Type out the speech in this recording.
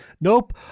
nope